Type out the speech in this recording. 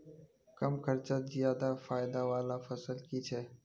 कम खर्चोत ज्यादा फायदा वाला फसल की छे?